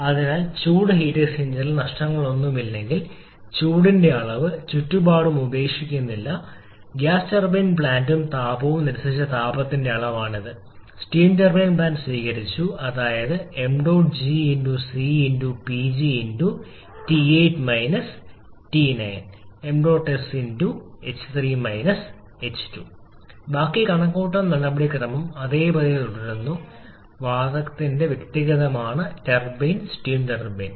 അതിനാൽ ചൂട് എക്സ്ചേഞ്ചറിൽ നഷ്ടങ്ങളൊന്നുമില്ലെങ്കിൽ ചൂടിന്റെ അളവ് ചുറ്റുപാടും ഉപേക്ഷിക്കുന്നില്ല ഗ്യാസ് ടർബൈൻ പ്ലാന്റും താപവും നിരസിച്ച താപത്തിന്റെ അളവാണ് ഇത് സ്റ്റീം ടർബൈൻ പ്ലാന്റ് സ്വീകരിച്ചു അതായത് 𝑚̇𝑔 𝑐 𝑝𝑔 𝑇8 𝑇9 𝑚̇ 𝑠ℎ3 ℎ2 ബാക്കി കണക്കുകൂട്ടൽ നടപടിക്രമം അതേപടി തുടരുന്നു വാതകത്തിന് വ്യക്തിഗതമാണ് ടർബൈൻ സ്റ്റീം ടർബൈൻ